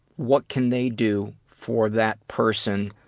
what can they do for that person.